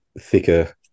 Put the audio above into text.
thicker